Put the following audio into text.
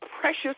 precious